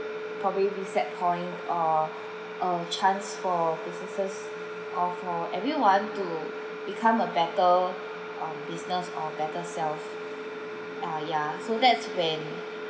probably set point or a chance for businesses or for everyone to become a better um business or better self uh ya so that's when